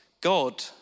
God